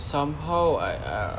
somehow I I